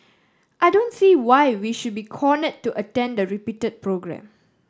I don't see why we should be corner to attend the repeated programme